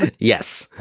yes.